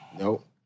Nope